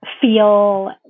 feel